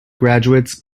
graduates